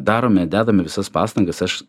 darome dedame visas pastangas aš